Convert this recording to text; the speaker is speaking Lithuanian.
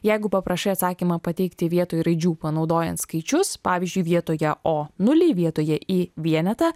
jeigu paprašai atsakymą pateikti vietoj raidžių panaudojant skaičius pavyzdžiui vietoje o nuliai vietoje i vienetą